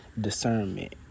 discernment